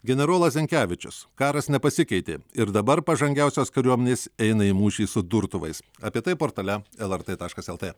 generolas zenkevičius karas nepasikeitė ir dabar pažangiausios kariuomenės eina į mūšį su durtuvais apie tai portale lrt taškas lt